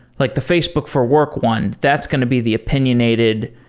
like the facebook for work one, that's going to be the opinionated,